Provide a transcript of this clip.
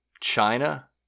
China